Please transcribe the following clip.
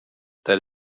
that